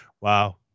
Wow